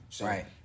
Right